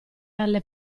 alle